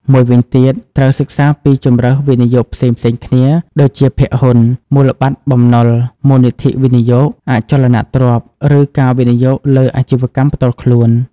មួយវិញទៀត ត្រូវសិក្សាពីជម្រើសវិនិយោគផ្សេងៗគ្នា ដូចជាភាគហ៊ុន មូលបត្របំណុល មូលនិធិវិនិយោគ អចលនទ្រព្យ ឬការវិនិយោគលើអាជីវកម្មផ្ទាល់ខ្លួន។